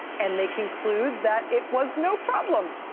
and they conclude that it was no problem.